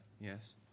yes